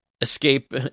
escape